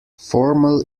formal